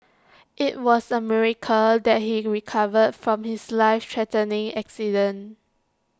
IT was A miracle that he recovered from his life threatening accident